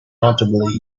notably